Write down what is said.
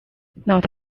not